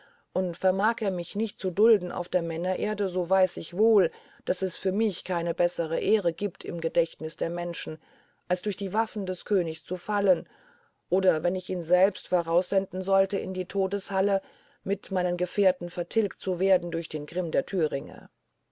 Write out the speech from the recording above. und vermag er mich nicht zu dulden auf der männererde so weiß ich wohl daß es für mich keine bessere ehre gibt im gedächtnis der menschen als durch die waffe des königs zu fallen oder wenn ich ihn selbst voraussenden sollte in die totenhalle mit meinen gefährten vertilgt zu werden durch den grimm der thüringe